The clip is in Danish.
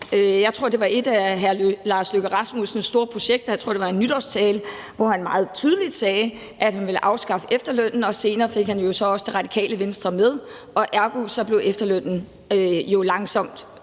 Jeg tror, det var et af hr. Lars Løkke Rasmussens store projekter. Jeg tror, det var i en nytårstale, hvor han meget tydeligt sagde, at han ville afskaffe efterlønnen, og senere fik han så også Radikale Venstre med. Ergo blev efterlønnen langsomt